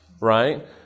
right